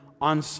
on